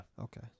Okay